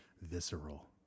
visceral